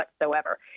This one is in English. whatsoever